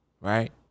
right